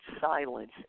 silence